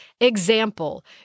example